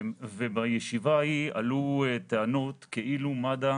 בישיבה ההיא עלו טענות כאילו מד"א